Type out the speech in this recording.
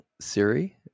Siri